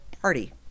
party